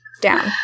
down